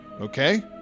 okay